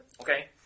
Okay